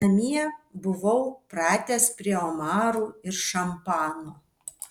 namie buvau pratęs prie omarų ir šampano